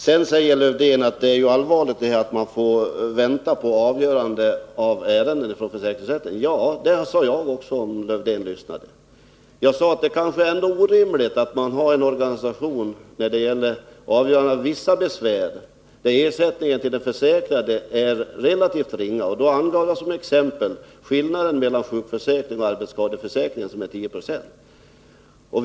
Lars-Erik Lövdén säger att det är allvarligt att man får vänta på avgöranden av ärenden vid försäkringsrätterna. Ja, det sade jag också, och det hade Lars-Erik Lövdén hört, om han hade lyssnat på mig. Jag sade också att det kanske ändå är orimligt att ha en organisation när det gäller avgöranden av vissa besvär där ersättningen till den försäkrade är relativt ringa. Som exempel angav jag då att skillnaden mellan sjukförsäkringen och arbetsskadeförsäkringen är 10 96.